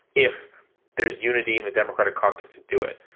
if there's unity in the democratic caucus to do it,